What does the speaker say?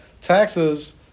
taxes